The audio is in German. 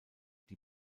die